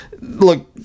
look